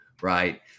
Right